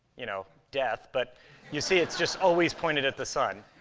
you know, death. but you see it's just always pointed at the sun.